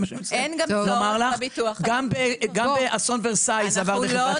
גם באסון ורסאי זה עבר בחברת ענבל --- אנחנו